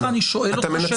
שמחה, אני שואל אותך שאלה.